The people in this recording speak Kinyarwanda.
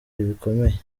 bikomeye